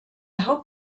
hope